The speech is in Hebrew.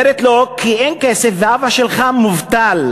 אומרת לו: כי אין כסף ואבא שלך מובטל.